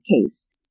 case